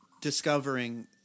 discovering